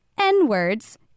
N-words